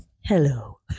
Hello